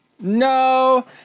No